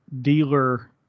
dealer